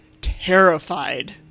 terrified